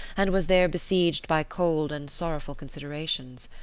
and was there besieged by cold and sorrowful considerations.